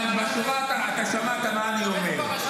--- אתה שמעת מה אני אומר.